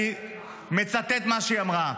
אני מצטט מה שהיא אמרה: